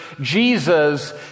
Jesus